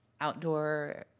outdoor